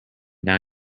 now